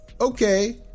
Okay